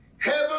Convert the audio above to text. Heaven